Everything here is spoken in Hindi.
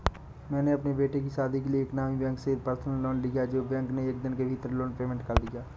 मैंने अपने बेटे की शादी के लिए एक नामी बैंक से पर्सनल लोन लिया है जो बैंक ने एक दिन के भीतर लोन पेमेंट कर दिया